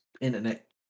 internet